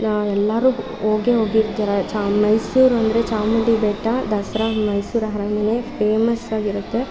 ನಾ ಎಲ್ಲರೂ ಹೋಗೇ ಹೋಗಿರ್ತಿರಾ ಚಾಮ್ ಮೈಸೂರು ಅಂದರೆ ಚಾಮುಂಡಿ ಬೆಟ್ಟ ದಸರಾ ಮೈಸೂರು ಅರಮನೆ ಫೇಮಸಾಗಿರುತ್ತೆ